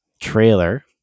trailer